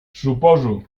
suposo